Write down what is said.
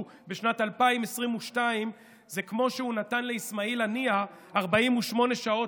זה כמו שהוא נתן לאסמאעיל הנייה 48 שעות